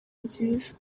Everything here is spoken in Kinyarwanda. nziza